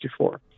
1964